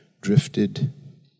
drifted